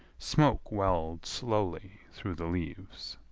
smoke welled slowly through the leaves.